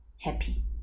happy